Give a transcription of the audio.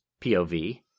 POV